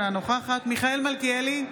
אינה נוכחת מיכאל מלכיאלי,